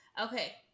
okay